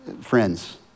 Friends